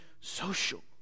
social